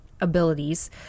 abilities